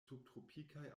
subtropikaj